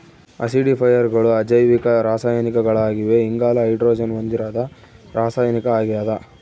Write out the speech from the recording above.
ಆಸಿಡಿಫೈಯರ್ಗಳು ಅಜೈವಿಕ ರಾಸಾಯನಿಕಗಳಾಗಿವೆ ಇಂಗಾಲ ಹೈಡ್ರೋಜನ್ ಹೊಂದಿರದ ರಾಸಾಯನಿಕ ಆಗ್ಯದ